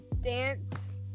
dance